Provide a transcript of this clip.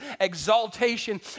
exaltation